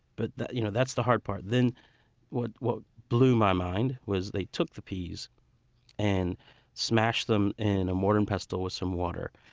but you know that's the hard part. then what what blew my mind was they took the peas and smashed them in a mortar and pestle with some water,